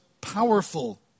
powerful